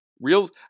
reels